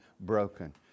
broken